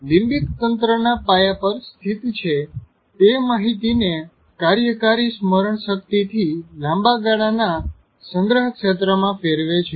limbic તંત્ર ના પાયા પર સ્થિત છે તે માહિતી ને કાર્યકારી સ્મરણ શક્તિ થી લાંબા ગાળાના સંગ્રહ ક્ષેત્રમાં ફેરવે છે